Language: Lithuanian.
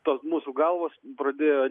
tos mūsų galvos pradėjo